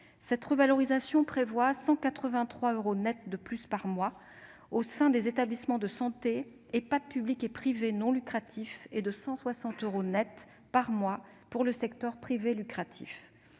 Cette revalorisation prévoit 183 euros nets de plus par mois au sein des établissements de santé, Ehpad publics et privés non lucratifs, et de 160 euros nets de plus par mois pour le secteur privé lucratif.